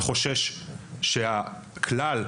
שחושש מכך שהכלל,